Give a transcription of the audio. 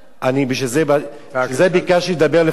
בגלל זה ביקשתי לדבר לפנייך.